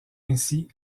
ainsi